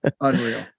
Unreal